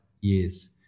years